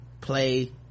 play